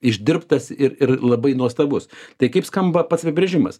išdirbtas ir ir labai nuostabus tai kaip skamba pats apibrėžimas